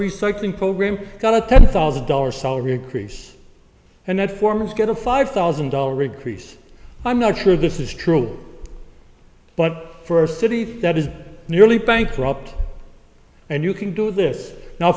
recycling program got a ten thousand dollar salary increase and that forms get a five thousand dollars read crease i'm not sure this is true but for a city that is nearly bankrupt and you can do this now